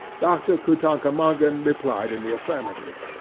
dr. kutankumagen replied in the affirmative.